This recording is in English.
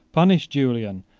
punish julian,